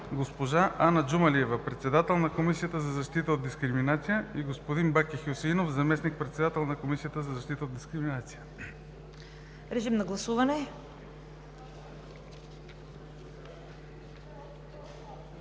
госпожа Ана Джумалиева – председател на Комисията за защита от дискриминация, и господин Баки Хюсеинов – заместник-председател на Комисията за защита от дискриминация. ПРЕДСЕДАТЕЛ